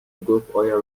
گفتایا